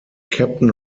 captain